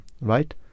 right